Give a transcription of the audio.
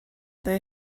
they